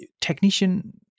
technician